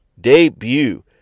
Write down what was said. debut